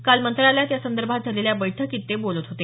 काल मंत्रालयात यासंदर्भात झालेल्या बैठकीत ते बोलत होते